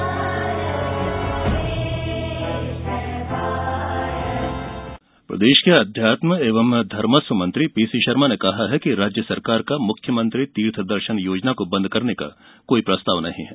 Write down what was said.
तीर्थदर्षन योजना प्रदेष के अध्यात्म एवं धर्मस्व मंत्री पीसी षर्मा ने कहा है कि राज्य सरकार का मुख्यमंत्री तीर्थदर्षन योजना को बंद करने का कोई प्रस्ताव नहीं है